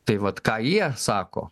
tai vat ką jie sako